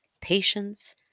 patience